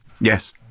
Yes